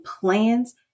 plans